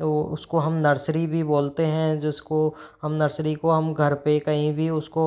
तो उसको हम नर्सरी भी बोलते हैं जिसको हम नर्सरी को हम घर पे कहीं भी उसको